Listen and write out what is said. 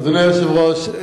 אדוני היושב-ראש,